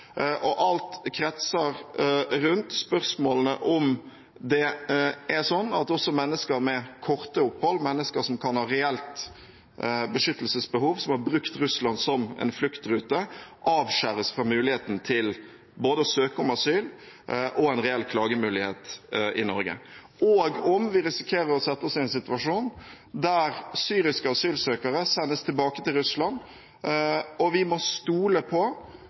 advokater. Alt kretser rundt spørsmålene om det er sånn at også mennesker med korte opphold, mennesker som kan ha reelt beskyttelsesbehov, som har brukt Russland som en fluktrute, avskjæres fra muligheten til både å søke om asyl og å ha en reell klagemulighet i Norge, og om vi risikerer å sette oss i en situasjon der syriske asylsøkere sendes tilbake til Russland. Vi må stole på